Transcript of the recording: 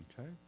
Okay